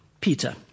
Peter